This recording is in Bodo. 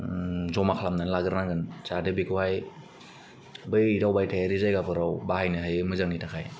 ज'मा खालामनानै लाग्रोनांगोन जाहाथे बेखौहाय बै दावबायथायारि जायगाफोराव बाहायनो हायो मोजांनि थाखाय